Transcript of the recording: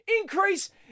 increase